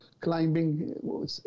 climbing